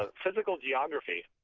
ah physical geography,